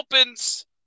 opens